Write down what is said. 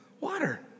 Water